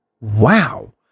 Wow